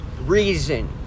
reason